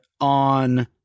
on